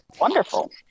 wonderful